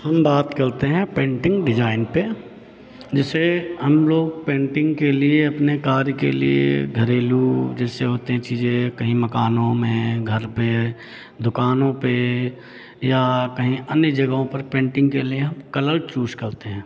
हम बात करते हैं पेन्टिंग डिज़ाइन पे जैसे हम लोग पेन्टिंग के लिए अपने कार्य के लिए घरेलू जैसे होते हैं चीज़ें कहीं मकानों में घर पे दुकानों पे या कहीं अन्य जगहों पर पेन्टिंग के लिए हम कलर चूज़ करते हैं